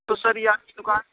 تو سر یہ آپ کی دکان